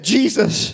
Jesus